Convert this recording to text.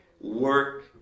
work